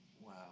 Wow